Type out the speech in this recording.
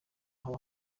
haba